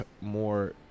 more